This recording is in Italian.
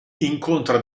incontra